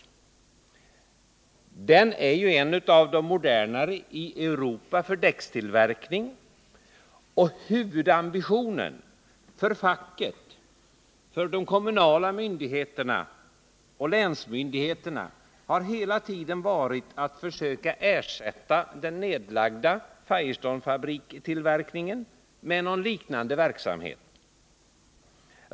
Boråsfabriken är en av de modernaste i Europa när det gäller däckstillverkning, och huvudambitionen för fack, kommunala myndigheter och länsmyndigheter har hela tiden varit att försöka ersätta den nedlagda Firestonetillverkningen med någon liknande verksamhet.